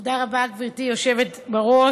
תודה רבה, גברתי היושבת בראש.